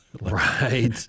right